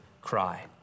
cry